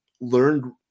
learned